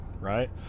right